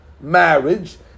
marriage